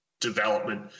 development